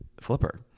Flipper